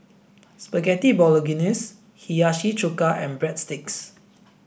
Spaghetti Bolognese Hiyashi chuka and Breadsticks